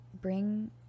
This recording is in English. bring